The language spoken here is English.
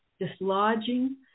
dislodging